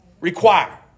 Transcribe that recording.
require